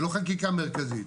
זו לא חקיקה מרכזית.